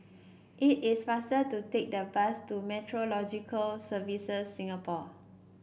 it is faster to take the bus to Meteorological Services Singapore